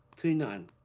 three, nine.